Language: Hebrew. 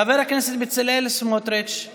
חבר הכנסת בצלאל סמוטריץ';